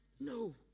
no